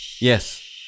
Yes